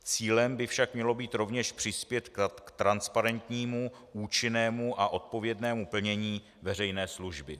Cílem by však mělo být rovněž přispět k transparentnímu, účinnému a odpovědnému plnění veřejné služby.